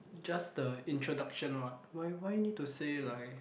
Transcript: just the introduction what why why need to say like